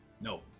no